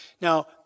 Now